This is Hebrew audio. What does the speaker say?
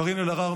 קארין אלהרר,